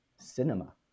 cinema